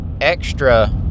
extra